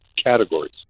categories